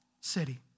city